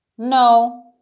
no